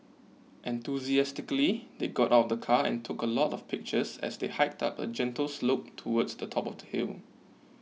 enthusiastically they got out the car and took a lot of pictures as they hiked up a gentle slope towards the top of the hill